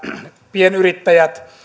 pienyrittäjät